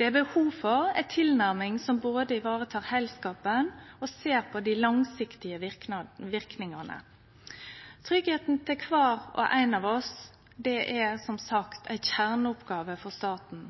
Det er behov for ei tilnærming som både tek vare på heilskapen og ser på dei langsiktige verknadene. Tryggleiken til kvar og ein av oss er som sagt ei kjerneoppgåve for staten,